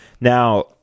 Now